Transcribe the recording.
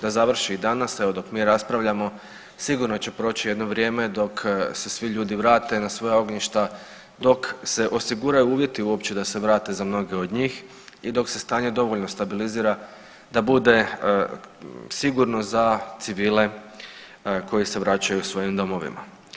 Da završi i danas evo dok mi raspravljamo sigurno će proći jedno vrijeme dok se svi ljudi vrate na svoja ognjišta, dok se osiguraju uvjeti da se vrate za mnoge od njih i dok se stanje dovoljno stabilizira da bude sigurno za civile koji se vraćaju svojim domovima.